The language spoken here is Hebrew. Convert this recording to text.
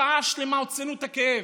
שעה שלמה הוצאנו את הכאב.